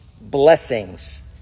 blessings